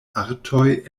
artoj